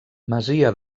masia